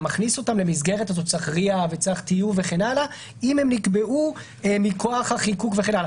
מכניס אותם למסגרת שצריך RIA וצריך טיוב וכן הלאה אם הם נקבעו מכוח החיקוק.